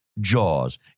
Jaws